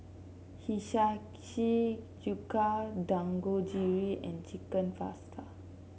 Hiyashi Chuka Dangojiru and Chicken Pasta